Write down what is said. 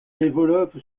développe